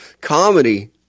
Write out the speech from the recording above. comedy